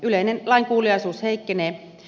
yleinen lainkuuliaisuus heikkenee